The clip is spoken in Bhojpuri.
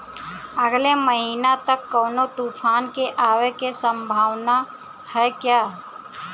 अगले महीना तक कौनो तूफान के आवे के संभावाना है क्या?